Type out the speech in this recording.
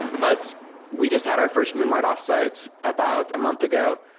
but we just had our first moonlight offsites about a month ago.